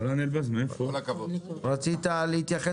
רצית להתייחס